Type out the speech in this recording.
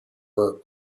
were